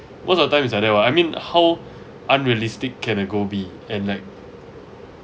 most of the time is like that what I mean how unrealistic can a goal be and like